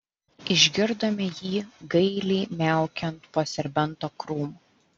išgirdome jį gailiai miaukiant po serbento krūmu